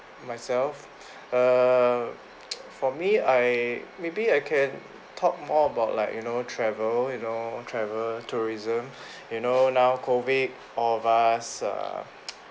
myself err for me I maybe I can talk more about like you know travel you know travel tourism you know now COVID all of us err